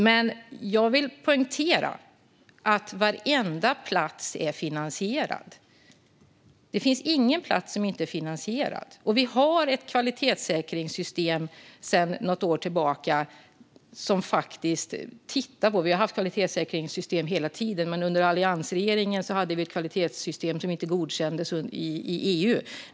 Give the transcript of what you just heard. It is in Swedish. Men jag vill poängtera att varenda plats är finansierad. Det finns ingen plats som inte är finansierad. Sedan något år tillbaka har vi ett kvalitetssäkringssystem. Vi har haft kvalitetssäkringssystem hela tiden, men under alliansregeringen hade vi ett som inte godkändes i EU.